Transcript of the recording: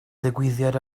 ddigwyddiad